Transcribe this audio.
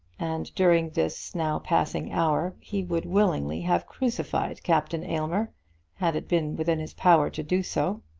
and during this now passing hour he would willingly have crucified captain aylmer had it been within his power to do so.